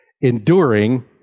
Enduring